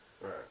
Right